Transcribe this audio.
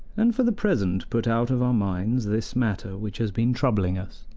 and for the present put out of our minds this matter which has been troubling us.